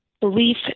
belief